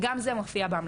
וגם זה מופיע בהמלצות.